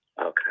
Okay